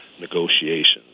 negotiations